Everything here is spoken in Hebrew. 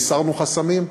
והסרנו חסמים.